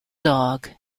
dog